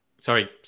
sorry